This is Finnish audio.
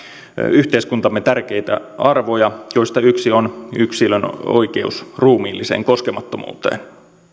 yhteiskuntamme tärkeitä arvoja joista yksi on yksilön oikeus ruumiillisen koskemattomuuteen